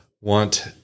want